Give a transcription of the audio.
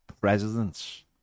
presidents